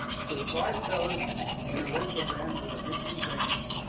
so, five fellas in a rental van with a missing bench